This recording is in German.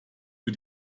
für